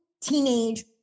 teenage